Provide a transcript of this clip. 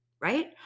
right